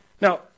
Now